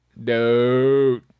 No